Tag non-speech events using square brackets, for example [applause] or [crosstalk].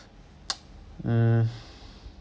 [noise] mm